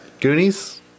Goonies